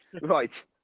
right